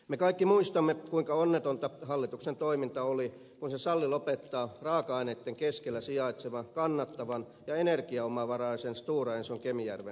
me kaikki muistamme kuinka onnetonta hallituksen toiminta oli kun se salli lopettaa raaka aineitten keskellä sijaitsevan stora enson kannattavan ja energiaomavaraisen kemijärven sellutehtaan